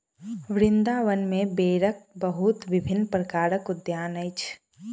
वृन्दावन में बेरक बहुत विभिन्न प्रकारक उद्यान अछि